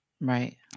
Right